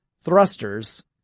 thrusters